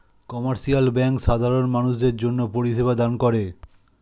commercial bank সাধারণ মানুষদের জন্যে পরিষেবা দান করে